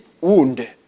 wound